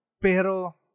Pero